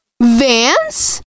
Vance